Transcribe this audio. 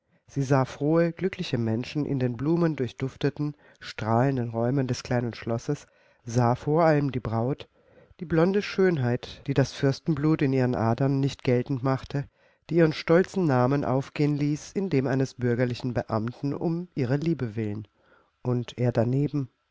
sie sah frohe glückliche menschen in den blumendurchdufteten strahlenden räumen des kleinen schlosses sah vor allem die braut die blonde schönheit die das fürstenblut in ihren adern nicht geltend machte die ihren stolzen namen aufgehen ließ in dem eines bürgerlichen beamten um ihrer liebe willen und er daneben